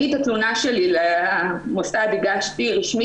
אני הגשתי את התלונה שלי למוסד באופן רשמי